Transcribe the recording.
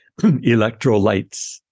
electrolytes